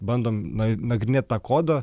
bandom na nagrinėt tą kodą